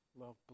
Love